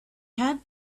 had